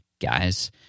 guys